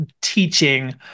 teaching